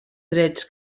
drets